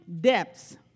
depths